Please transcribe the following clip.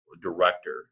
director